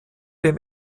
dem